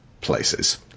places